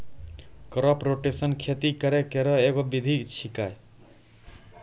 crop rotation खेती करै केरो एगो विधि छिकै